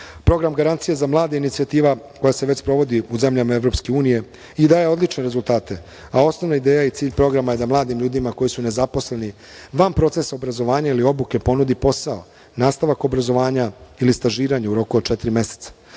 Srbije. Program „Garancije za mlade“ je inicijativa koja se već sprovodi u zemljama EU i daje odlične rezultate, a osnovna ideja i cilj programa je da mladim ljudima koji su nezaposleni van procesa obrazovanja ili obuke ponudi posao, nastavak obrazovanja ili stažiranje u roku od četiri meseca.